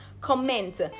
comment